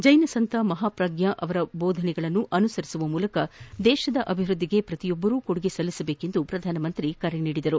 ಜೈನಸಂತ ಮಹಾಪ್ರಗ್ನಾ ಅವರ ಬೋಧನೆಗಳನ್ನು ಅನುಸರಿಸುವ ಮೂಲಕ ದೇಶದ ಅಭಿವೃದ್ಧಿಗೆ ಪ್ರತಿಯೊಬ್ದರೂ ಕೊಡುಗೆ ಸಲ್ಲಿಸಬೇಕೆಂದು ಪ್ರಧಾನಿ ಕರೆ ನೀಡಿದರು